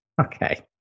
Okay